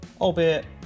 albeit